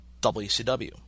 WCW